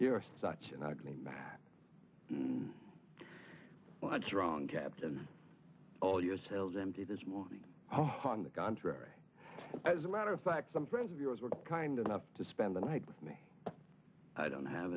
you are such an ugly man what's wrong captain aull yourselves empty this morning on the contrary as a matter of fact some friends of yours were kind enough to spend the night with me i don't have